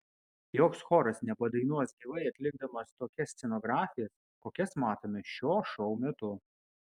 joks choras nepadainuos gyvai atlikdamas tokias scenografijas kokias matome šio šou metu